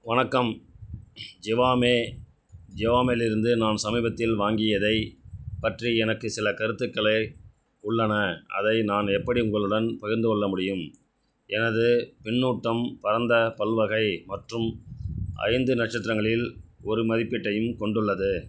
வணக்கம் ஜிவாமே ஜிவாமேலிருந்து நான் சமீபத்தில் வாங்கியதை பற்றி எனக்கு சில கருத்துக்களை உள்ளன அதை நான் எப்படி உங்களுடன் பகிர்ந்து கொள்ள முடியும் எனது பின்னூட்டம் பரந்த பல்வகை மற்றும் ஐந்து நட்சத்திரங்களில் ஒரு மதிப்பீட்டையும் கொண்டுள்ளது